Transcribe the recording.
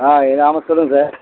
ஆ ஆமாம் சொல்லுங்கள் சார்